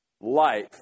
life